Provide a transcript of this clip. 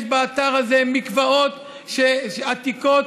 יש באתר הזה מקוואות עתיקים,